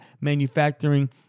manufacturing